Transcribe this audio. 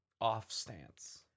off-stance